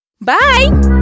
Bye